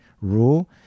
rule